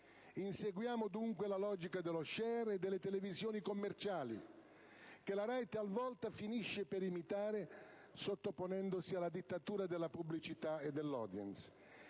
Inseguiamo dunque la logica dello *share* e delle televisioni commerciali, che la RAI talvolta finisce per imitare sottoponendosi alla dittatura della pubblicità e dell'*audience*...